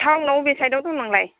town आव बबे side आव दङ नोङो